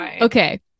okay